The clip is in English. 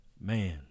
man